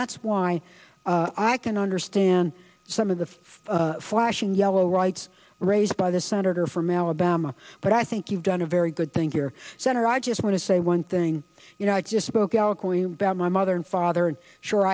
that's why i can understand some of the flashing yellow rights raised by the senator from alabama but i think you've done a very good thing here senator i just want to say one thing you know i just spoke out going back to my mother and father and sure